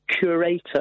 curator